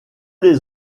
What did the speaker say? les